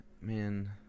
Man